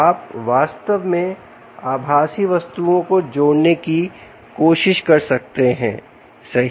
आप वास्तव में आभासी वस्तुओं को जोड़ने की कोशिश कर सकते हैं सही